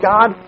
God